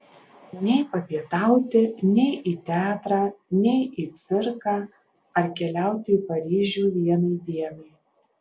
nei papietauti nei į teatrą nei į cirką ar keliauti į paryžių vienai dienai